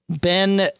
Ben